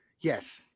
Yes